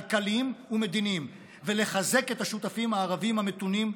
כלכליים ומדיניים ולחזק את השותפים הערבים המתונים,